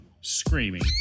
screaming